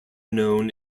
known